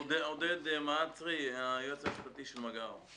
עודד מהצרי, היועץ המשפטי של מגע"ר.